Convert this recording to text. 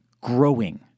Growing